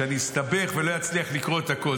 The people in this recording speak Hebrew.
שאני אסתבך ולא אצליח לקרוא את הכול.